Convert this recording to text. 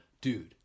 dude